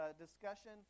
discussion